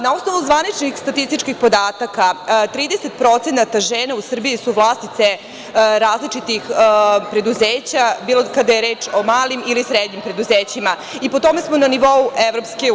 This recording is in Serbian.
Na osnovu zvaničnih statističkih podataka 30% žena u Srbiji su vlasnice različitih preduzeća kada je reč o malim ili srednjim preduzećima i po tome smo na nivou EU.